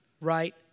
right